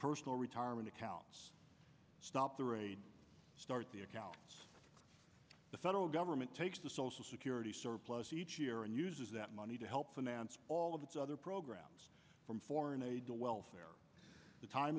personal retirement accounts stop start the account the federal government takes the social security surplus each year and uses that money to help finance all of its other programs from foreign aid to welfare the time